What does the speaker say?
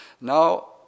Now